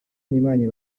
внимание